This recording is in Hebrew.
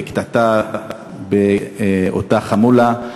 בקטטה באותה חמולה.